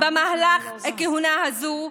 במהלך הכהונה הזו,